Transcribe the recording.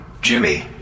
Jimmy